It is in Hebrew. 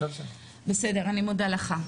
אני מודה לך.